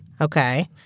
Okay